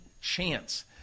chance